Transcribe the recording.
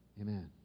Amen